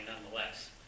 nonetheless